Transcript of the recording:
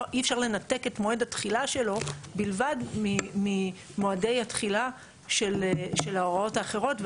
אי אפשר לנתק את מועד התחילה שלו בלבד ממועדי התחילה של ההוראות האחרות.